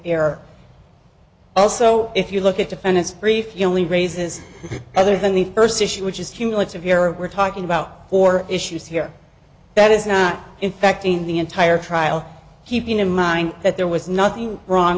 error also if you look at defendant's brief you only raises other than the person which is cumulative your we're talking about four issues here that is not infecting the entire trial keeping in mind that there was nothing wrong